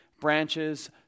branches